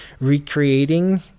recreating